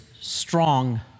strong